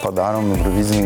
padarom eurovizinį